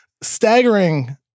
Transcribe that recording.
staggering